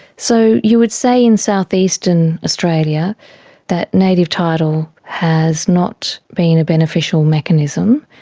so you would say in south-eastern australia that native title has not been a beneficial mechanism.